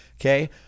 Okay